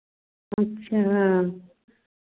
अच्छा